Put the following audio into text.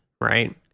right